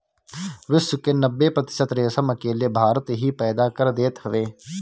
विश्व के नब्बे प्रतिशत रेशम अकेले भारत ही पैदा कर देत हवे